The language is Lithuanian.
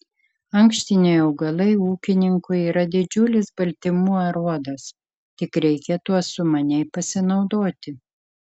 ankštiniai augalai ūkininkui yra didžiulis baltymų aruodas tik reikia tuo sumaniai pasinaudoti